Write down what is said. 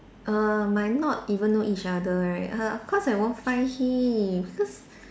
err might not even know each other right err of course I won't find him because